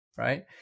Right